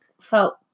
felt